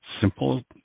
simple